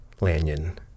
Lanyon